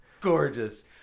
Gorgeous